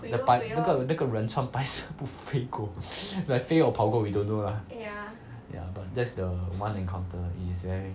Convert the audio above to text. but 那个那个人穿白色飞过 like 飞 or 跑过 we don't know lah ya but that's the one encounter which is very